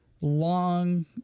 long